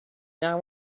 now